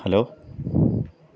hello